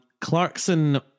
Clarkson